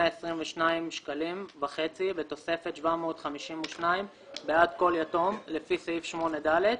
1,122.5 בתוספת 752 בעד כל יתום, לפי סעיף 8(ד)